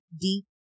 deep